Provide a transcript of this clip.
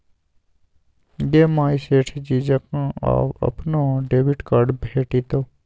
गे माय सेठ जी जकां आब अपनो डेबिट कार्ड भेटितौ